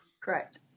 Correct